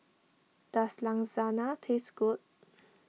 does Lasagna taste good